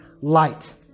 light